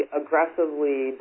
aggressively